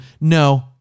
No